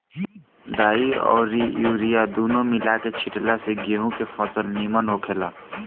डाई अउरी यूरिया दूनो मिला के छिटला से गेंहू के फसल निमन होखेला